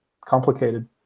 complicated